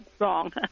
wrong